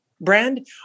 brand